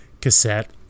cassette